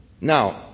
Now